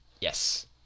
Yes